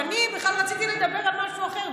אני בכלל רציתי לדבר על משהו אחר,